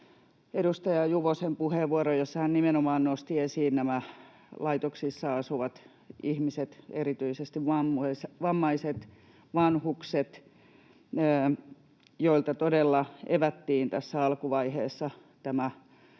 edustaja Juvosen puheenvuoro, jossa hän nimenomaan nosti esiin nämä laitoksissa asuvat ihmiset, erityisesti vammaiset ja vanhukset, joilta todella evättiin tässä alkuvaiheessa omaisten